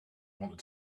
wanted